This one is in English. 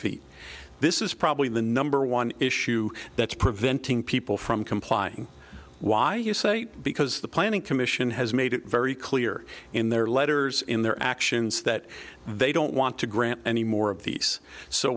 feet this is probably the number one issue that's preventing people from complying why you say because the planning commission has made it very clear in their letters in their actions that they don't want to grant any more of these so